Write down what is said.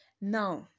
Now